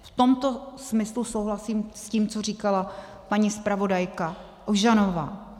V tomto smyslu souhlasím s tím, co říkala paní zpravodajka Ožanová.